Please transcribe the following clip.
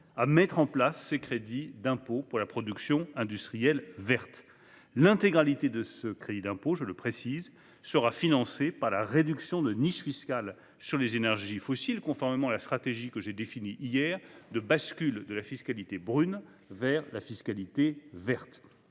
à mettre en place ces crédits d'impôt pour la production industrielle verte. L'intégralité de ce crédit d'impôt, je le précise, sera financée par la réduction de niches fiscales sur les énergies fossiles, conformément à la stratégie que j'ai définie hier de bascule de la fiscalité brune vers la fiscalité verte.